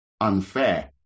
unfair